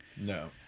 No